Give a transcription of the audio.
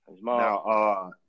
Now